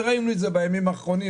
וראינו את זה בימים האחרונים.